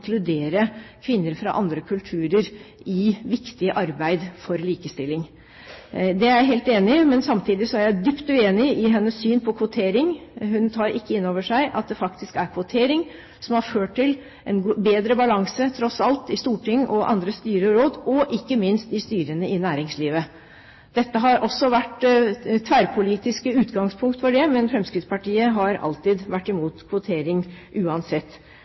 inkludere kvinner fra andre kulturer i viktig arbeid for likestilling. Det er jeg helt enig i. Men samtidig er jeg dypt uenig i hennes syn på kvotering. Hun tar ikke inn over seg at det faktisk er kvotering som har ført til en bedre balanse, tross alt, i storting og i styrer og råd, ikke minst i styrene i næringslivet. Det har også vært tverrpolitiske utgangspunkt for det, men Fremskrittspartiet har alltid vært imot kvotering, uansett.